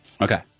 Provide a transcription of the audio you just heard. Okay